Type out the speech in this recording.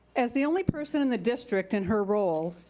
as the only person in the district in her role,